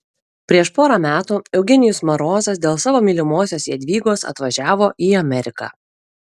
prieš porą metų eugenijus marozas dėl savo mylimosios jadvygos atvažiavo į ameriką